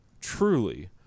truly